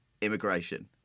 immigration